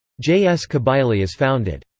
js kabylie is founded.